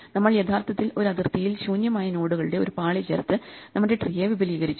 നമ്മൾ യഥാർത്ഥത്തിൽ ഒരു അതിർത്തിയിൽ ശൂന്യമായ നോഡുകളുടെ ഒരു പാളി ചേർത്ത് നമ്മുടെ ട്രീയെ വിപുലീകരിച്ചു